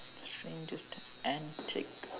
strangest antic